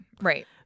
Right